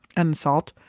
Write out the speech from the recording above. and salt,